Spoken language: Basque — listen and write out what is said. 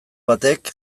batek